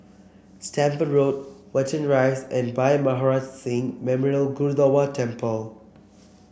Stamford Road Watten Rise and Bhai Maharaj Singh Memorial Gurdwara Temple